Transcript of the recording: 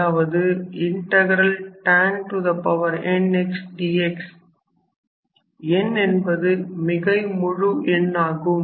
அதாவது tan n x dx n என்பது மிகை முழு என்னாகும்